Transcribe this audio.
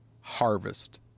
harvest